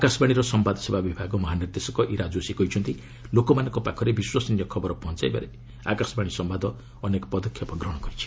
ଆକାଶବାଣୀର ସମ୍ଭାଦସେବା ବିଭାଗ ମହାନିର୍ଦ୍ଦେଶକ ଇରା ଯୋଶୀ କହିଛନ୍ତି ଲୋକମାନଙ୍କ ପାଖରେ ବିଶ୍ୱସନୀୟ ଖବର ପହଞ୍ଚାଇବାରେ ଆକାଶବାଣୀ ସମ୍ଘାଦ ଅନେକ ପଦକ୍ଷେପ ଗ୍ରହଣ କରିଛି